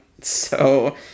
so-